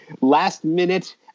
last-minute